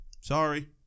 Sorry